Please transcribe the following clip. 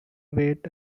wait